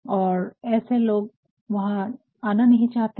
और ऐसे लोग वहां आना नहीं चाहते हैं